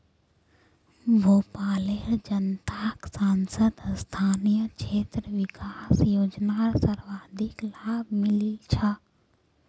भोपालेर जनताक सांसद स्थानीय क्षेत्र विकास योजनार सर्वाधिक लाभ मिलील छ